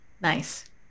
Nice